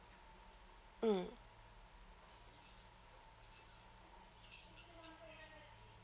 mm